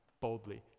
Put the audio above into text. boldly